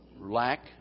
lack